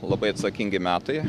labai atsakingi metai